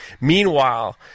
Meanwhile